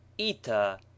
ita